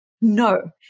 no